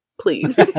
Please